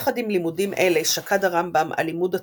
יחד עם לימודים אלה שקד הרמב"ם על לימוד התורה,